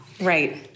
Right